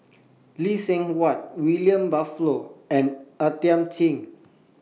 Lee Seng Huat William Butterworth and Are Thiam Chin